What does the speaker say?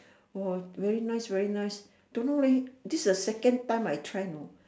oh very nice very nice don't know leh this is the second time I try know